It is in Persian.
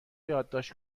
یادداشت